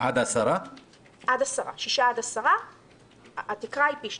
גם פה לא מוצע שינוי.